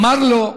אמר לו: